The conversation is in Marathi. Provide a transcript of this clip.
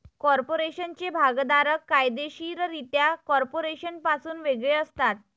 कॉर्पोरेशनचे भागधारक कायदेशीररित्या कॉर्पोरेशनपासून वेगळे असतात